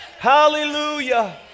hallelujah